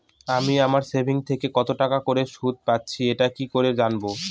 আমি আমার সেভিংস থেকে কতটাকা করে সুদ পাচ্ছি এটা কি করে জানব?